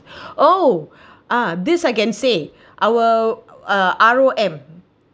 oh ah this again say our uh R_O_M